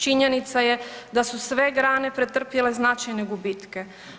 Činjenica je da su sve grane pretrpjele značajne gubitke.